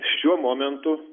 šiuo momentu